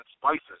spices